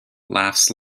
laughs